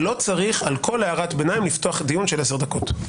לא צריך על כל הערת ביניים לפתוח דיון של עשר דקות.